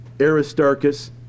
Aristarchus